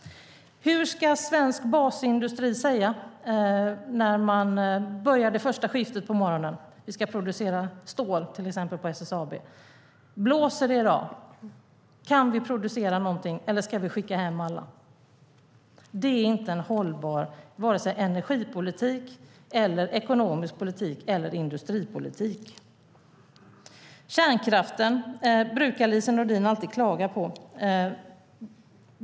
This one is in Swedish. Hur ska svensk basindustri säga när man ska börja det första skiftet på morgonen och till exempel ska producera stål på SSAB? Blåser det i dag? Kan vi producera något, eller ska vi skicka hem alla? Det är inte en hållbar energipolitik, ekonomisk politik eller industripolitik. Kärnkraften brukar Lise Nordin alltid klaga på.